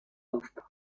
aufbaut